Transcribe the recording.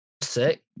sick